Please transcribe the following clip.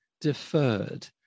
deferred